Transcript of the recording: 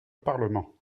parlement